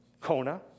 Kona